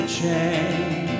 change